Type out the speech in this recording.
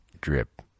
drip